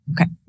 Okay